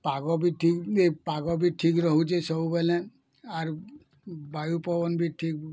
ପାଗ ବି ଠିକ୍ ଏ ପାଗ ବି ଠିକ୍ ରହୁଛି ସବୁବେଲେ ଆର୍ ବାୟୁ ପବନ ବି ଠିକ୍